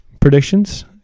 predictions